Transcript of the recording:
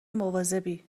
مواظبی